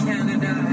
Canada